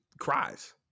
cries